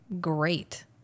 great